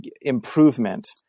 improvement